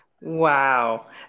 Wow